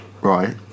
Right